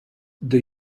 the